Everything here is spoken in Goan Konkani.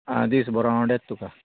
आं दीस बरो आंवडेता तुका